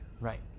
Right